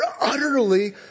utterly